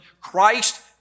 Christ